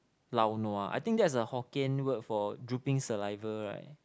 lao nua I think that's a Hokkien word for dripping saliva right